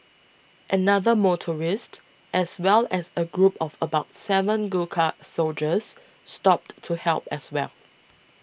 another motorist as well as a group of about seven Gurkha soldiers stopped to help as well